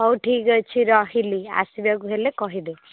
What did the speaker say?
ହଉ ଠିକ୍ ଅଛି ରହିଲି ଆସିବାକୁ ହେଲେ କହିବେ